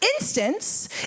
Instance